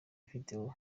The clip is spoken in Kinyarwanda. video